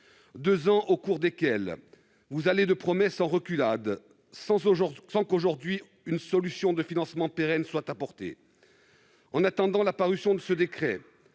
Deux ans au cours desquels vous allez de promesses en reculades, sans qu'une solution de financement pérenne soit aujourd'hui apportée. En attendant la parution de ce décret,